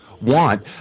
want